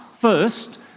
first